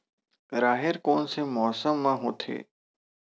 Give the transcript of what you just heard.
राहेर कोन से मौसम म होथे?